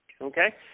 okay